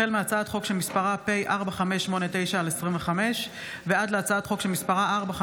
החל בהצעת חוק פ/4589/25 וכלה בהצעת חוק פ/4597/25: